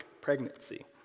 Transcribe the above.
pregnancy